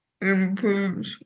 improve